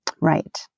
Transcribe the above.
Right